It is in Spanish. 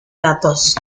datos